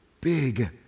big